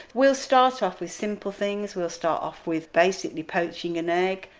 we'll start off with simple things, we'll start off with basically poaching an egg,